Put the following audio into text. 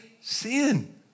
sin